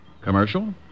Commercial